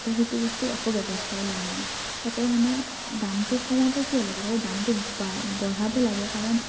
তাতে সেইটো বস্তুৰ একো ব্যৱস্থাই লোৱা নাই তাতে মানে দামটো কমাব কিয় লাগে তাতে দামটো বা বঢ়াব লাগে কাৰণ